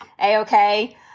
a-okay